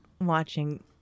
watching